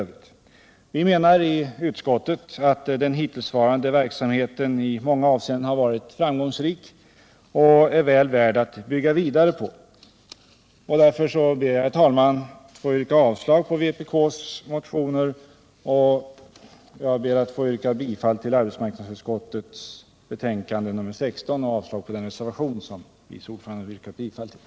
Vi menar i utskottet att den hittillsvarande verksamheten i många avseenden har varit framgångsrik och är väl värd att bygga vidare på. Jag ber därför, herr talman, att få yrka bifall till arbetsmarknadsutskottets hemställan i betänkandet, vilket innebär avslag på vpkmotionerna och på den reservation som vice ordföranden yrkade bifall till.